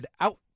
out